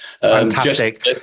Fantastic